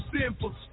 simple